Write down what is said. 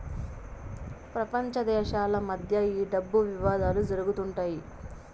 ప్రపంచ దేశాల మధ్య ఈ డబ్బు వివాదాలు జరుగుతుంటాయి